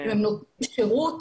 הם נותנים שירות,